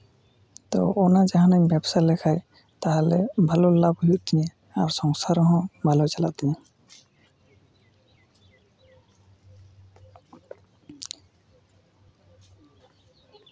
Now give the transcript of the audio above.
ᱛᱚ ᱚᱱᱟ ᱡᱟᱦᱟᱱᱟᱜ ᱤᱧ ᱵᱮᱵᱥᱟ ᱞᱮᱠᱷᱟᱡ ᱛᱟᱦᱚᱞᱮ ᱵᱷᱟᱞᱚ ᱞᱟᱵᱽ ᱦᱩᱭᱩᱜ ᱛᱤᱧᱟᱹ ᱟᱨ ᱥᱚᱝᱥᱟᱨ ᱨᱮᱦᱚᱸ ᱵᱷᱟᱞᱚ ᱪᱟᱞᱟᱜ ᱛᱤᱧᱟᱹ